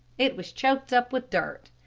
it was choked up with dirt.